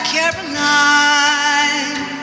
Caroline